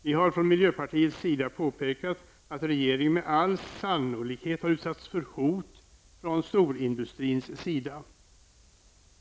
Vi har från miljöpartiets sida påpekat att regeringen med all sannolikhet har utsatts för hot från storindustrins sida.